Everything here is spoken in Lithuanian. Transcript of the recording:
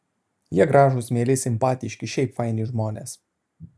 jie gražūs mieli simpatiški šiaip faini žmonės